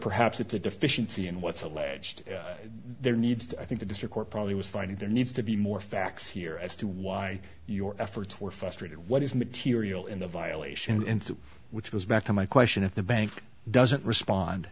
perhaps it's a deficiency in what's alleged there needs to i think the district court probably was finding there needs to be more facts here as to why your efforts were frustrated what is material in the violation and which goes back to my question if the bank doesn't respond